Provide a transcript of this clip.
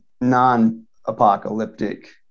non-apocalyptic